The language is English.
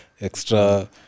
extra